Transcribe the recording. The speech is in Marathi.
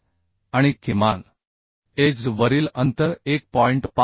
असेल आणि किमान एज वरील अंतर 1